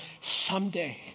Someday